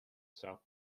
south